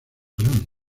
grande